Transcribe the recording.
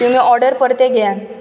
तुमी ऑर्डर परते घेयात